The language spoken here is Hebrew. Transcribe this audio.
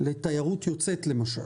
לתיירות יוצאת, למשל,